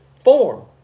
form